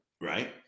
right